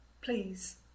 Please